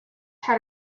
had